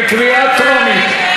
בקריאה טרומית.